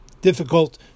difficult